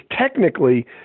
technically